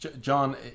John